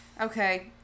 Okay